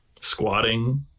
squatting